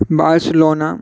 Barcelona